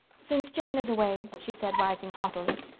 since jane is away, she said, rising haughtily,